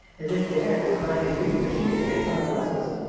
as if dad were trying his reaping machine against some one else's.